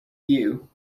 you